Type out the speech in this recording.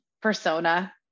persona